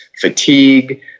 fatigue